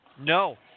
No